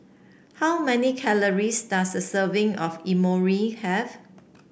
how many calories does a serving of Imoni have